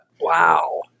Wow